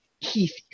Keith